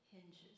hinges